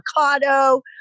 avocado